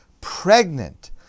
pregnant